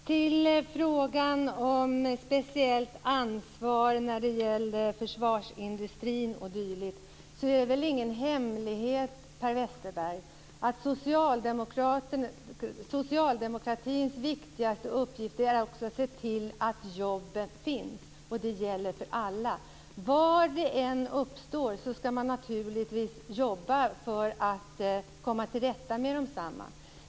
Fru talman! Till frågan om speciellt ansvar för försvarsindustrin och dylikt. Det är väl ingen hemlighet, Per Westerberg, att socialdemokratins viktigaste uppgift är att se till att jobben finns. Det gäller för alla. Var än problem uppstår skall man naturligtvis jobba för att komma till rätta med desamma.